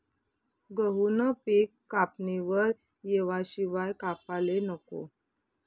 गहूनं पिक कापणीवर येवाशिवाय कापाले नको